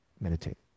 meditate